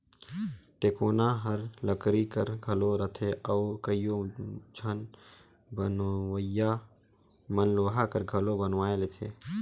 टेकोना हर लकरी कर घलो रहथे अउ कइयो झन बनवइया मन लोहा कर घलो बनवाए लेथे